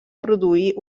produir